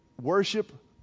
Worship